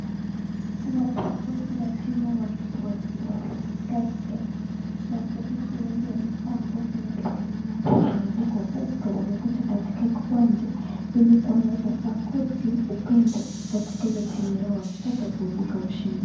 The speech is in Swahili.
Wachezaji wa timu ya tusker, mashabiki wengi wamevaa nguo zinazofanana ambayo imeadikwa tusker, wamekuja katika kiwanja ili kuonyesha sapoti, kaitika hio timu yao, wakitaka wataibuka washindi.